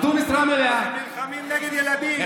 אתם נלחמים נגד ילדים.